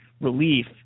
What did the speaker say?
relief